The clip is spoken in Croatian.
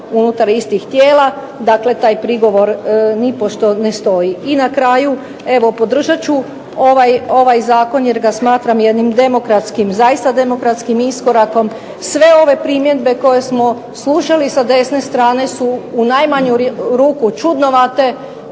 unutar istih tijela, dakle taj prigovor nipošto ne stoji. I na kraju podržat ću ovaj zakon jer ga smatram demokratskim iskorakom. Sve ove primjedbe koje smo slušali sa desne strane su u najmanju ruku čudnovate,